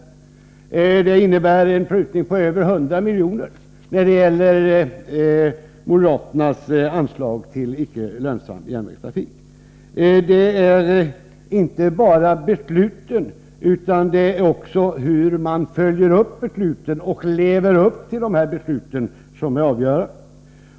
Vidare föreslås en prutning på över 100 milj.kr. när det gäller moderaternas anslag till icke lönsam järnvägstrafik. Det är inte bara besluten utan också hur man följer upp — och lever upp till — dessa beslut som är avgörande.